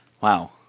Wow